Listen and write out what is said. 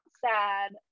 sad